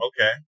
Okay